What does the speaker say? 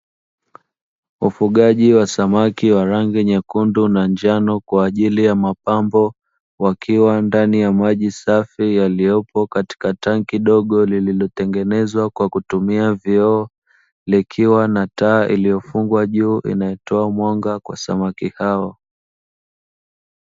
Ufugaji wa samaki wa rangi nyekundu na njano kwa ajili ya mapambo wakiwa ndani ya maji safi yaliyopo katika tangi dogo, lililotengenezwa kwa kutumia vioo likiwa na taa iliyofungwa juu inayotoa mwanga kwa samaki hao.